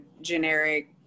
generic